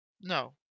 No